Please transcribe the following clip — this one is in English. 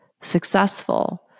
successful